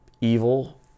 Evil